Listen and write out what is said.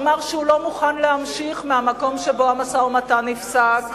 שאמר שהוא לא מוכן להמשיך מהמקום שבו המשא-ומתן נפסק,